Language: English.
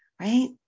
right